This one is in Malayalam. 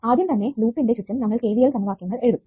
ആദ്യം തന്നെ ലൂപിന്റെ ചുറ്റും നമ്മൾ KVL സമവാക്യങ്ങൾ എഴുത്തും